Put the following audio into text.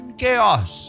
chaos